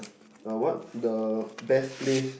uh what the best place